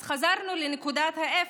אז חזרנו לנקודת האפס.